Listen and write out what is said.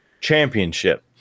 Championship